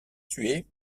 tué